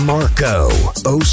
Marco